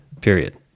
period